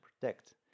protect